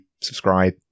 subscribe